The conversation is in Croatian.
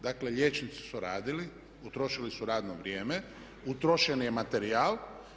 Dakle, liječnici su radili, utrošili su radno vrijeme, utrošen je materijal.